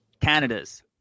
Canada's